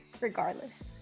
regardless